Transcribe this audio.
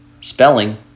Spelling